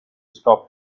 stop